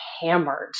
hammered